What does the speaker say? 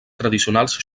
tradicionals